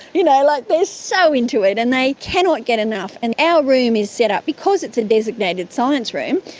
you know like they are so into it, and they cannot get enough. and our room is set up, because it's a designated science room,